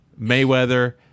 Mayweather